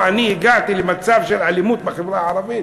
שאני הגעתי למצב של אלימות בחברה הערבית?